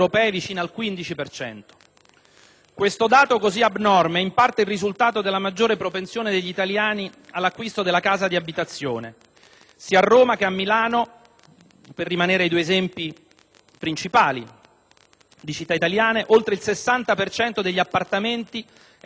Questo dato così abnorme è in parte il risultato della maggiore propensione degli italiani all'acquisto della casa di abitazione: sia a Roma che a Milano - per rimanere ai due esempi principali di città italiane - oltre il 60 per cento degli appartamenti è abitato dai loro proprietari.